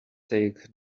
take